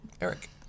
Eric